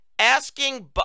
asking